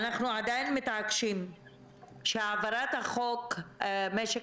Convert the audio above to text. אנחנו עדיין מתעקשים שהעברת חוק משק